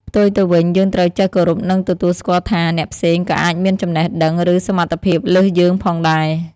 ផ្ទុយទៅវិញ យើងត្រូវចេះគោរព និងទទួលស្គាល់ថា អ្នកផ្សេងក៏អាចមានចំណេះដឹង ឬសមត្ថភាពលើសយើងផងដែរ។